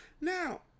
Now